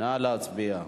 נא להצביע.